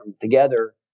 together